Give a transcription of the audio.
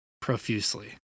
profusely